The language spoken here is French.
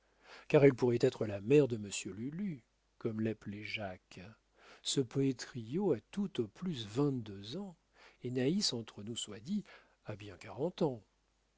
car elle pourrait être la mère de monsieur lulu comme l'appelait jacques ce poétriau a tout au plus vingt-deux ans et naïs entre nous soit dit a bien quarante ans